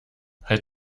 halt